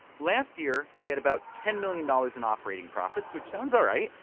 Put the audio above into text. last year, they had about ten million dollars in operating profits, which sounds all right.